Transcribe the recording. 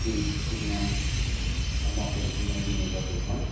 feed पिना र मकैहरू नै दिने गर्दछौँ